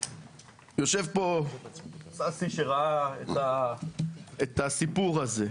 יושב פה ששי, שראה את הסיפור הזה.